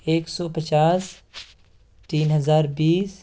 ایک سو پچاس تین ہزار بیس